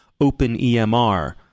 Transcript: OpenEMR